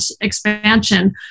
expansion